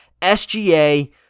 sga